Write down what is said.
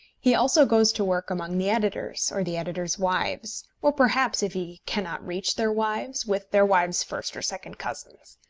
he also goes to work among the editors, or the editors' wives or perhaps, if he cannot reach their wives, with their wives' first or second cousins.